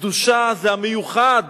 קדושה זה המיוחד,